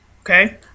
okay